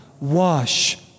wash